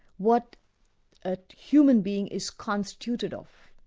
what a human being is constituted of.